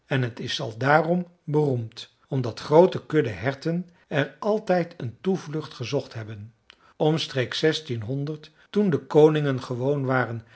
en het is al daarom beroemd omdat groote kudden herten er altijd een toevlucht gezocht hebben omstreeks toen de koningen gewoon waren